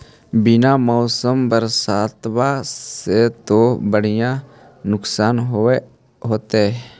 बिन मौसम बरसतबा से तो बढ़िया नुक्सान होब होतै?